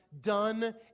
done